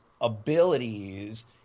abilities